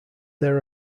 there